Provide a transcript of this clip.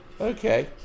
Okay